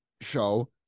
show